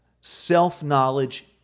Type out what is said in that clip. self-knowledge